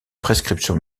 prescription